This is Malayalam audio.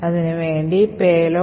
അതിനുവേണ്ടി payload generator